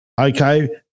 okay